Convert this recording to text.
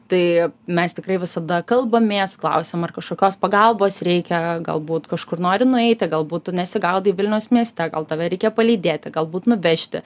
tai mes tikrai visada kalbamės klausiam ar kažkokios pagalbos reikia galbūt kažkur nori nueiti galbūt tu nesigaudai vilniaus mieste gal tave reikia palydėti galbūt nuvežti